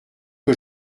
que